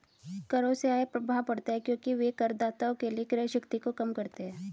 करों से आय प्रभाव पड़ता है क्योंकि वे करदाताओं के लिए क्रय शक्ति को कम करते हैं